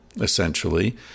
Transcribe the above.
essentially